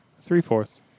Three-fourths